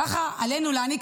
ככה עלינו להעניק,